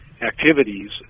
activities